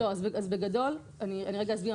לא, אז אני רגע אסביר.